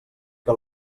que